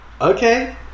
okay